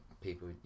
people